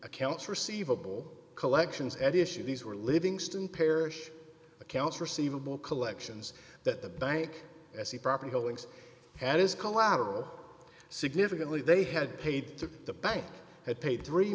accounts receivable collections at issue these were livingston parish accounts receivable collections that the bank as a proper killings had is collateral significantly they had paid to the bank had paid three